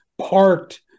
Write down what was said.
parked